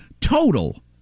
total